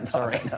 sorry